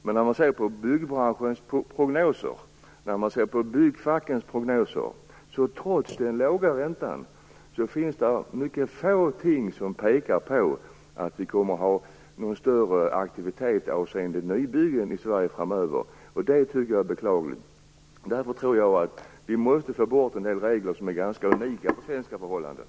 Men om man ser på byggbranschens och byggfackens prognoser finns där, trots den låga räntan, mycket få ting som pekar på att det kommer att bli någon större aktivitet avseende nybyggen i Sverige framöver. Det tycker jag är beklagligt. Därför tror jag att vi måste få bort en del regler som är ganska unika för svenska förhållanden.